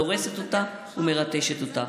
דורסת אותה ומרטשת אותה.